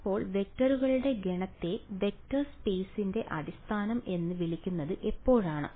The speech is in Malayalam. അപ്പോൾ വെക്ടറുകളുടെ ഗണത്തെ വെക്ടർ സ്പെയ്സിന്റെ അടിസ്ഥാനം എന്ന് വിളിക്കുന്നത് എപ്പോഴാണ്